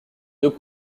deux